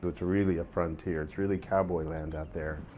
but it's really a frontier. it's really cowboy land out there.